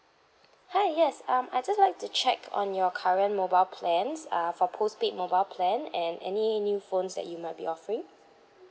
hi yes um I just like to check on your current mobile plans err for postpaid mobile plan and any new phones that you might be offering